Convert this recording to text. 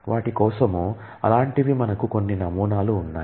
వాటి కోసం అలాంటివి మనకు కొన్ని నమూనాలు ఉన్నాయి